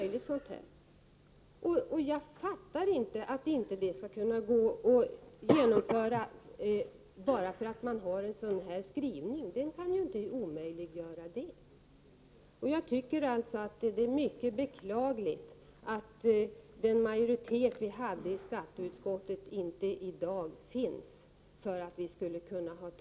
Jag fattar inte att det, bara för att skrivningen är som den är, inte skulle vara möjligt att vidta åtgärder i detta sammanhang. När det gäller detta betänkande tycker jag alltså att det är mycket beklagligt att den tidigare majoriteten i skatteutskottet inte längre finns.